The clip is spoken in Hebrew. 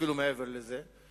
אפילו מעבר לזה,